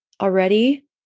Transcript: already